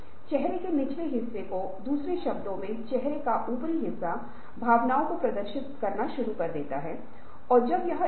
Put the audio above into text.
इसलिए जब चल रही गतिविधियों और दृष्टि प्राप्ति के लिए वांछित गतिविधियों के बीच एक अंतर महसूस होता है तब परिवर्तन की आवश्यकता होती है